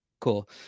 Cool